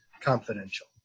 confidential